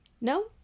No